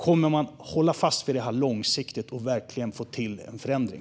Kommer man att hålla fast vid det här långsiktigt och verkligen få till en förändring?